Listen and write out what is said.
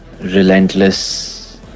relentless